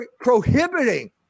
prohibiting